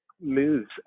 moves